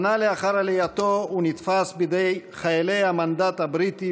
שנה לאחר עלייתו הוא נתפס בידי חיילי המנדט הבריטי